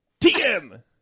TM